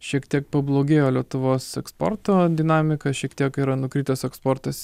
šiek tiek pablogėjo lietuvos eksporto dinamika šiek tiek yra nukritęs eksportas